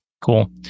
Cool